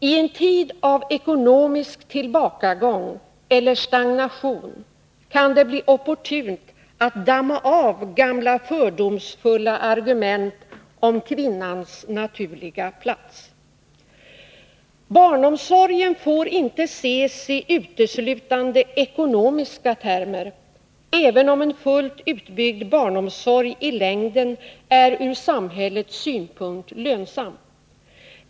I en tid av ekonomisk tillbakagång eller stagnation kan det bli opportunt att damma av gamla fördomsfulla argument om ”kvinnans naturliga plats”. Barnomsorgen får inte ses i uteslutande ekonomiska termer — även om en fullt utbyggd barnomsorg i längden är ur samhällets synpunkt lönsam.